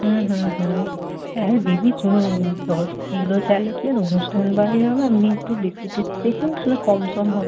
হুম হুম হুম আরে দিদি শুনুন দশ কিলো চালে কি আর অনুষ্ঠান বাড়ি হবে আপনি একটু বেশি টেশি দেখুন তাহলে কম সম হবে